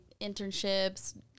internships